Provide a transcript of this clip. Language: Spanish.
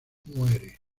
muere